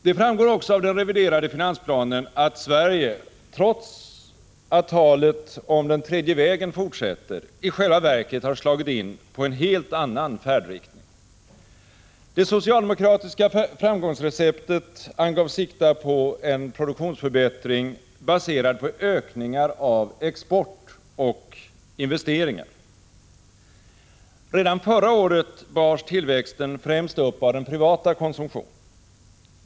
Det framgår också av den reviderade finansplanen att Sverige, trots att talet om den tredje vägen fortsätter, i själva verket har slagiv in på en helt annan färdriktning. Det socialdemokratiska framgångsreceptet angavs sikta på en produktionsförbättring, baserad på ökningar av export och investeringar. Redan förra året bars tillväxten främst upp av den privata konsumtionen.